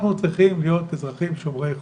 אנחנו צריכים להיות אזרחים שומרי חוק,